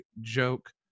joke